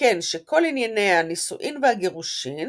תיקן שכל ענייני הנישואין והגירושין